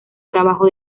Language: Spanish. trabajo